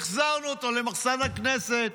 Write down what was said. החזרנו אותו למחסן הכנסת.